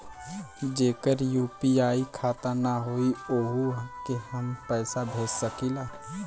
जेकर यू.पी.आई खाता ना होई वोहू के हम पैसा भेज सकीला?